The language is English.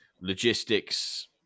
Logistics